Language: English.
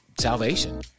salvation